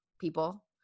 people